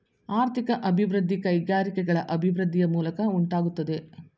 ಆರ್ಥಿಕ ಅಭಿವೃದ್ಧಿ ಕೈಗಾರಿಕೆಗಳ ಅಭಿವೃದ್ಧಿಯ ಮೂಲಕ ಉಂಟಾಗುತ್ತದೆ